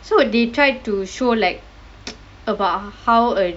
so they tried to show like about how uh